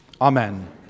Amen